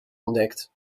ontdekt